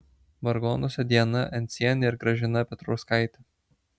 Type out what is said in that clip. vargonuose diana encienė ir gražina petrauskaitė